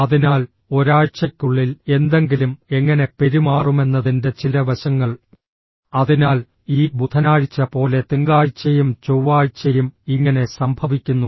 അതിനാൽ ഒരാഴ്ചയ്ക്കുള്ളിൽ എന്തെങ്കിലും എങ്ങനെ പെരുമാറുമെന്നതിന്റെ ചില വശങ്ങൾ അതിനാൽ ഈ ബുധനാഴ്ച പോലെ തിങ്കളാഴ്ചയും ചൊവ്വാഴ്ചയും ഇങ്ങനെ സംഭവിക്കുന്നു